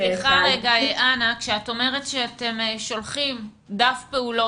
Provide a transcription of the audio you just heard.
כשאת אומרת שאתם שולחים דף פעולות,